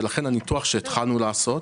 ולכן הניתוח שהתחלנו לעשות,